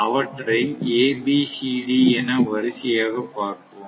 அவற்றை ABCD என வரிசையாக பார்ப்போம்